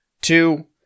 Two